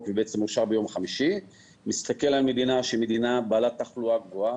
ובעצם אושר ביום חמישי מסתכל על מדינה שהיא מדינה בעלת תחלואה גבוהה,